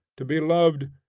to be loved,